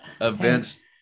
events